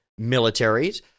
militaries